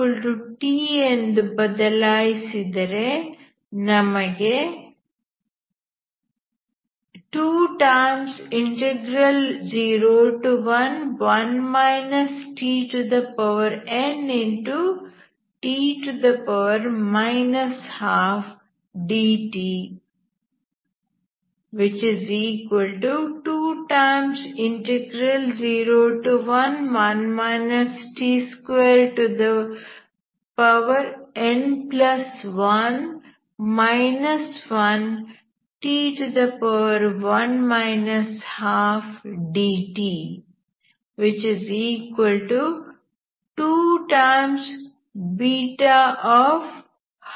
x2t ಎಂದು ಬದಲಾಯಿಸಿದರೆ ನಮಗೆ 201nt 12dt 201n1 1t1 12dt 212n12